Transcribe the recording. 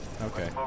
Okay